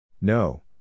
No